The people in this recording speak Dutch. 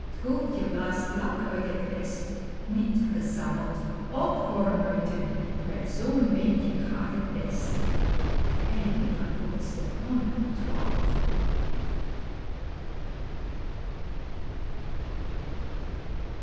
koeltje blaast vlak uit het west niet gesammeld op kornuiten met zoo'n windje gaat het best